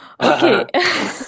okay